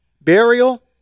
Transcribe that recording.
burial